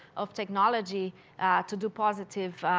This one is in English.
of technology to do positive